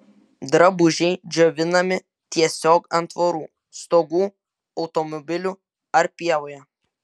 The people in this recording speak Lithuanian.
drabužiai džiovinami tiesiog ant tvorų stogų automobilių ar pievoje